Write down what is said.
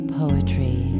poetry